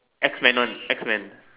X men one X men